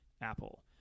Apple